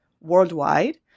worldwide